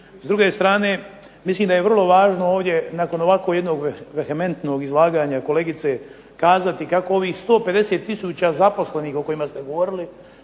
S druge strane, mislim da je vrlo važno ovdje, nakon ovako jednog vehementnog izlaganja kolegice kazati kako ovih 150 tisuća zaposlenih o kojima ste govorili